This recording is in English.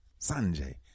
Sanjay